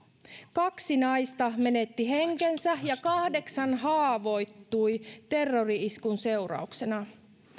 kaksi naista menetti henkensä ja kahdeksan haavoittui terrori iskun seurauksena